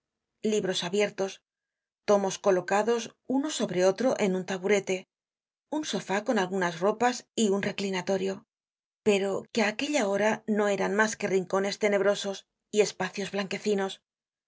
libros abiertos tomos colocados uno sobre otro en un taburete un sofá con algunas ropas y un reclinatorio pero que á aquella hora no eran mas que rincones tenebrosos y espacios blanquecinos